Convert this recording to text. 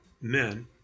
men